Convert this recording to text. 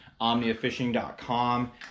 omniafishing.com